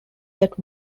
that